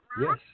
Yes